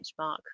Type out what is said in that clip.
benchmark